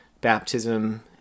baptism